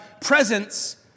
presence